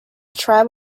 tried